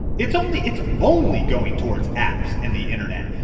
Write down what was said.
it's only it's only going towards apps and the internet.